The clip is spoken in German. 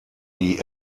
die